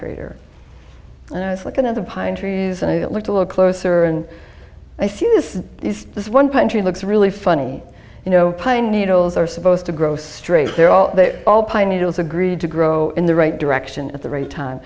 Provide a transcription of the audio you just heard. crater and i was looking at the pine trees and i looked a little closer and i see this one pine tree looks really funny you know pine needles are supposed to grow straight there are they all pine needles agreed to grow in the right direction at the right time